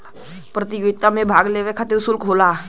प्रतियोगिता मे भाग लेवे खतिर सुल्क होला